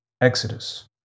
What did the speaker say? Exodus